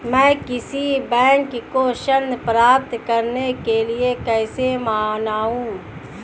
मैं किसी बैंक को ऋण प्राप्त करने के लिए कैसे मनाऊं?